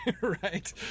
right